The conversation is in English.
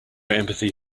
empathy